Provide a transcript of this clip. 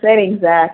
சரிங்க சார்